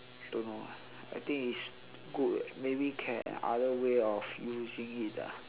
don't know ah I think is good eh maybe can other way of using it ah